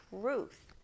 truth